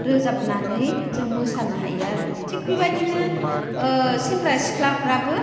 रोजाबनानै जों मोसानो हायो आरो थिग बेबादिनो सेंग्रा सिख्लाफ्राबो